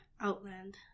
Outland